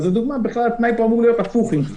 אז התנאי פה צריך להיות הפוך, אם כבר.